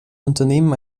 unternehmen